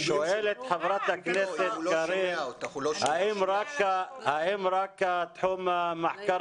שואלת חברת הכנסת קארין האם רק תחום המחקר